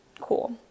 Cool